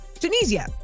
Tunisia